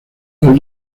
los